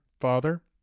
father